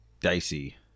dicey